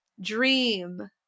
dream